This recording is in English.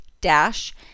dash